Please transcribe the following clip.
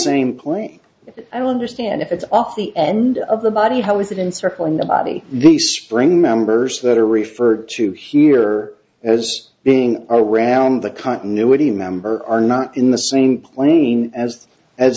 same plane i don't understand if it's off the end of the body how is it in circling the body these spring members that are referred to here as being around the continuity member are not in the same plane as as